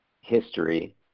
history